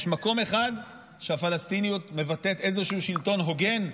יש מקום אחד שהפלסטיניות מבטאת איזשהו שלטון הוגן,